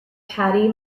patty